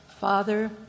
father